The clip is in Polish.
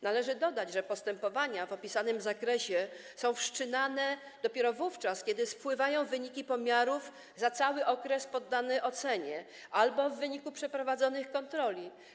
Należy dodać, że postępowania w opisanym zakresie są wszczynane dopiero wówczas, kiedy spływają wyniki pomiarów za cały okres poddany ocenie, albo w wyniku przeprowadzonych kontroli.